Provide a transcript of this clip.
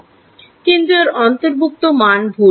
কিন্তু এর অন্তর্ভুক্ত মান ভুল